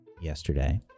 yesterday